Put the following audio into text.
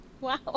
wow